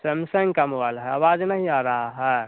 Samsung का mobile है आवाज़ नहीं आ रही है